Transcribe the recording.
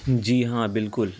جی ہاں بالکل